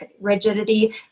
rigidity